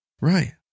Right